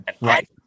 right